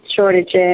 shortages